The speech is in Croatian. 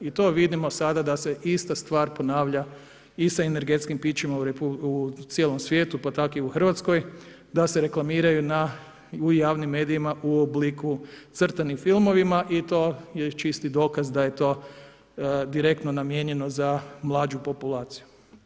I to vidimo sada se ista stvar ponavlja i sa energetskim pićima u cijelom svijetu, pa tako i RH, da se reklamiraju u javnim medijima u obliku crtanih filmova i to je čisti dokaz da je to direktno namijenjeno za mlađu populaciju.